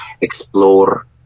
explore